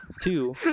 two